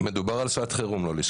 לא לשכוח שמדובר על שעת חירום.